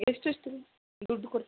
ಎಷ್ಟು ಎಷ್ಟು ದುಡ್ಡು ಕೊಡಿ